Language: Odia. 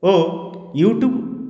ଓ ୟୁଟ୍ୟୁବ